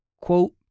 quote